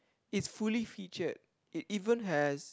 it's fully featured it even has